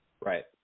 Right